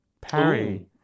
parry